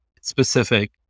specific